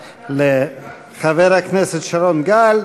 תודה לחבר הכנסת שרון גל.